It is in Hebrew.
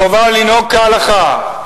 חובה לנהוג כהלכה,